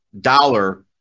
dollar